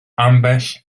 ambell